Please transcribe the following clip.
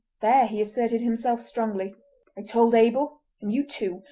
there he asserted himself strongly i told abel, and you too,